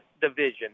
division